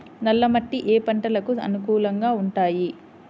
నల్ల మట్టి ఏ ఏ పంటలకు అనుకూలంగా ఉంటాయి?